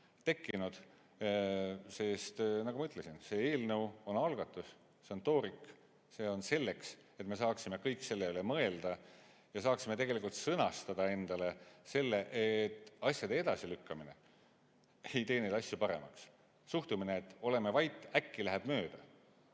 tekkinud. Nagu ma ütlesin, see eelnõu on algatus, see on toorik. See on selleks, et me saaksime kõik selle üle mõelda ja saaksime tegelikult sõnastada endale selle, et asjade edasilükkamine ei tee neid asju paremaks. Suhtumine, et oleme vait, äkki läheb mööda,